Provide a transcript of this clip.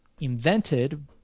invented